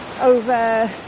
over